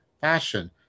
fashion